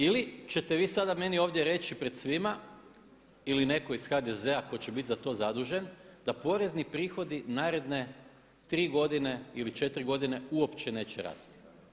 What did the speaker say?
Ili čete vi sada meni ovdje reći pred svima ili netko iz HDZ-a koji će biti za to zadužen da porezni prihodi naredne tri godine ili četiri godine uopće neće rasti.